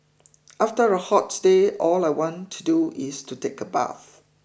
after a hot day all I want to do is to take a bath